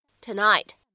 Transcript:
tonight